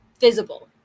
visible